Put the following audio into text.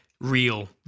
real